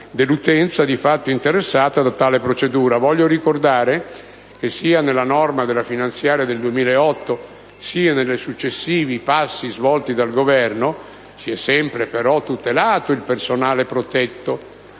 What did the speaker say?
dell'utenza di fatto interessata da tale procedura. Voglio ricordare che sia nella normativa della manovra finanziaria del 2008, sia nei successivi passi svolti dal Governo, si è sempre tutelato il personale protetto: